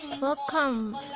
Welcome